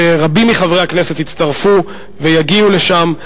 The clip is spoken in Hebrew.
שרבים מחברי הכנסת יצטרפו ויגיעו לשם.